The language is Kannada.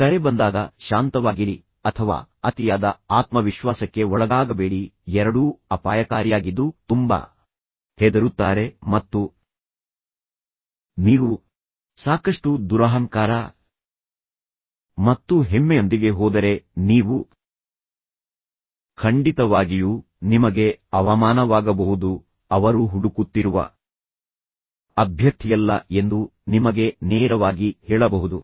ಕರೆ ಬಂದಾಗ ಶಾಂತವಾಗಿರಿ ಅಥವಾ ಅತಿಯಾದ ಆತ್ಮವಿಶ್ವಾಸಕ್ಕೆ ಒಳಗಾಗಬೇಡಿ ಎರಡೂ ಅಪಾಯಕಾರಿಯಾಗಿದ್ದು ತುಂಬಾ ಹೆದರುತ್ತಾರೆ ಮತ್ತು ನೀವು ಸಾಕಷ್ಟು ದುರಹಂಕಾರ ಮತ್ತು ಹೆಮ್ಮೆಯೊಂದಿಗೆ ಹೋದರೆ ನೀವು ಖಂಡಿತವಾಗಿಯೂ ನಿಮಗೆ ಅವಮಾನವಾಗಬಹುದು ಅವರು ಹುಡುಕುತ್ತಿರುವ ಅಭ್ಯರ್ಥಿಯಲ್ಲ ಎಂದು ನಿಮಗೆ ನೇರವಾಗಿ ಹೇಳಬಹುದು